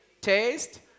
taste